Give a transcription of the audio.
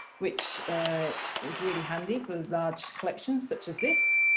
which is really handy for large collections such as this